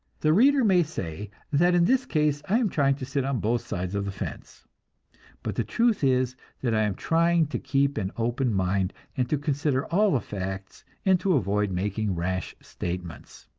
the reader may say that in this case i am trying to sit on both sides of the fence but the truth is that i am trying to keep an open mind, and to consider all the facts, and to avoid making rash statements.